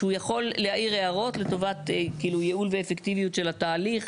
שהוא יכול להעיר הערות לטובת ייעול ואפקטיביות של התהליך.